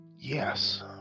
Yes